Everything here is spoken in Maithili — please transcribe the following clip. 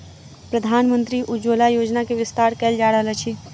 प्रधानमंत्री उज्ज्वला योजना के विस्तार कयल जा रहल अछि